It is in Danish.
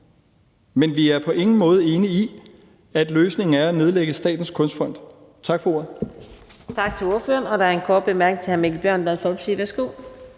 men vi er på ingen måde enige i, at løsningen er at nedlægge Statens Kunstfond.